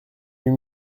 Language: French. huit